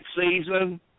season